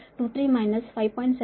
23 5